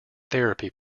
therapy